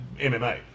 MMA